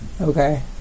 okay